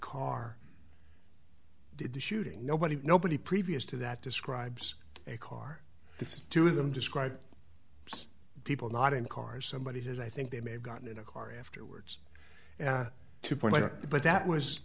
car did the shooting nobody nobody previous to that describes a car that's two of them describe people not in cars somebody says i think they may have gotten in a car afterwards to point but that was